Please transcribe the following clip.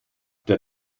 der